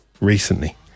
recently